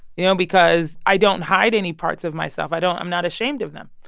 you know, because i don't hide any parts of myself. i don't i'm not ashamed of them,